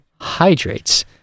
hydrates